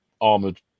armored